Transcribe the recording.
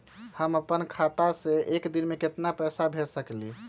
हम अपना खाता से एक दिन में केतना पैसा भेज सकेली?